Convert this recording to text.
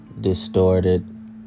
distorted